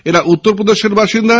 এরা উত্তরপ্রদেশের বাসিন্দা